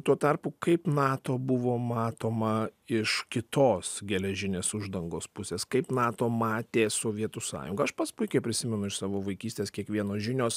tuo tarpu kaip nato buvo matoma iš kitos geležinės uždangos pusės kaip nato matė sovietų sąjungą aš pats puikiai prisimenu iš savo vaikystės kiekvienos žinios